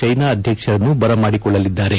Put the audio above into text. China ಅಧ್ಯಕ್ಷರನ್ನು ಬರಮಾಡಿಕೊಳ್ಳಲಿದ್ದಾರೆ